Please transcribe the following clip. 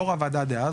יושב-ראש הוועדה דאז,